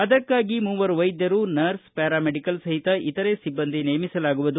ಅದಕ್ಕಾಗಿ ಮೂವರು ವೈದ್ಯರು ನರ್ಸ್ ಪ್ಕಾರಾ ಮೆಡಿಕಲ್ ಸಹಿತ ಇತರೆ ಸಿಬ್ಬಂದಿಗಳನ್ನು ನೇಮಿಸಲಾಗುವುದು